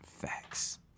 Facts